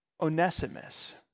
Onesimus